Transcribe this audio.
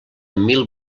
mil